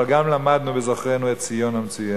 אבל גם למדנו בזוכרנו את ציון המצוינת.